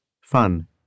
fun